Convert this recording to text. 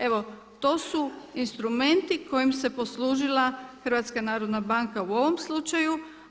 Evo, to su instrumenti kojima se poslužila HNB u ovom slučaju.